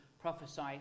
prophesy